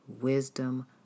wisdom